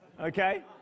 Okay